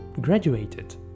graduated